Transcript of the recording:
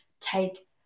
take